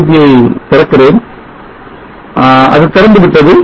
sub ஐ திறக்கிறேன் அது திறந்து விட்டது